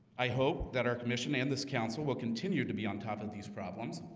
i hope that our commission and this council will continue to be on top of these problems